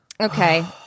okay